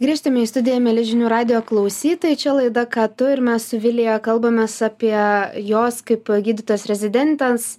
grįžtame į studiją mieli žinių radijo klausytojai čia laida ką tu ir mes su vilija kalbamės apie jos kaip gydytojos rezidentės